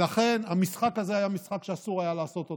לכן המשחק הזה היה משחק שאסור היה לעשות אותו,